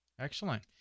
Excellent